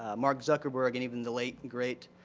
ah mark zuckerberg, and even the late, great,